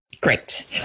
Great